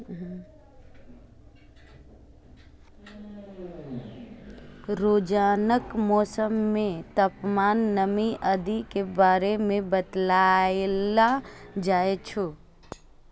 रोजानाक मौसम मे तापमान, नमी आदि के बारे मे बताएल जाए छै